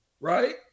right